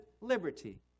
liberty